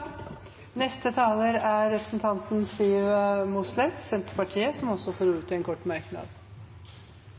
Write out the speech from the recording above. Representanten Siv Mossleth har hatt ordet to ganger tidligere og får ordet til en kort merknad,